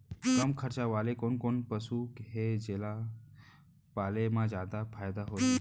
कम खरचा वाले कोन कोन पसु हे जेला पाले म जादा फायदा होही?